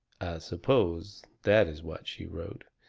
suppose that is what she wrote.